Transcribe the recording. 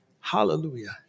Hallelujah